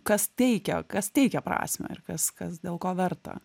kas teikia kas teikia prasmę ir kas kas dėl ko verta